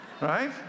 Right